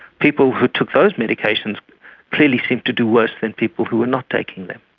people who took those medications clearly seemed to do worse than people who are not taking them.